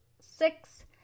six